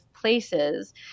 places